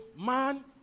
man